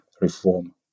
reform